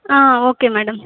ah okay madam